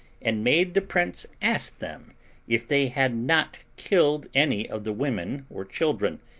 and made the prince ask them if they had not killed any of the women or children,